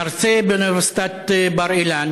מרצה באוניברסיטת בר-אילן